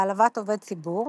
העלבת עובד ציבור,